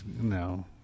No